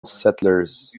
settlers